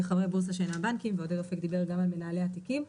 חברי בורסה שאינם בנקים ועודד אופק דיבר גם על מנהלי התיקים.